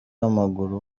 w’amaguru